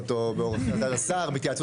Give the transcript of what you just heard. תהנו.